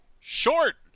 short